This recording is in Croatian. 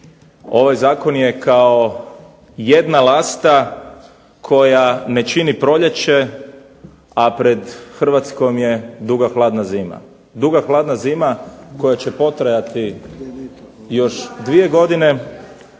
ovaj Zakon je kao jedna lasta koja ne čini proljeće, a pred Hrvatskom je duga hladna zima, koja će potrajati još 2 godine,